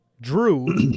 Drew